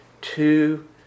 two